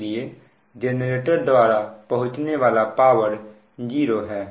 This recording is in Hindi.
इसलिए जेनरेटर द्वारा पहुंचने वाला पावर 0 है